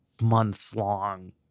months-long